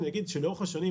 אגיד שלאורך השנים,